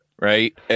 Right